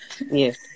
Yes